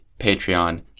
Patreon